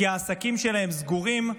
כי העסקים שלהם סגורים,